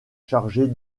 chargée